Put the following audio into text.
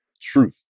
truth